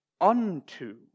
unto